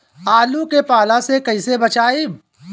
आलु के पाला से कईसे बचाईब?